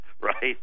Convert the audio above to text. Right